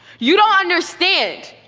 you don't understand.